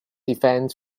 events